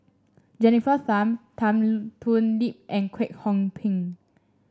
Jennifer Tham Tan Thoon Lip and Kwek Hong Png